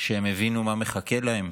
שהם הבינו מה מחכה להם,